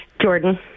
Jordan